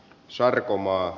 sarkomaa